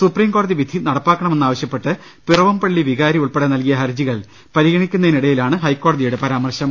സുപ്രിംകോടതിവിധി നടപ്പാക്കണ മെന്ന് ആവശ്യപ്പെട്ട് പിറവംപള്ളി വികാരി ഉൾപ്പെടെ നൽകിയ ഹര ജികൾ പരിഗണിക്കുന്നതിനിടയിലാണ് ഹൈക്കോടതിയുടെ ഈ പരാമർശം